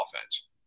offense